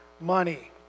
money